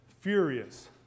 furious